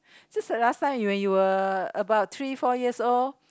since the last time when you were about three four years old